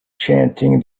chanting